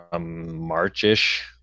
march-ish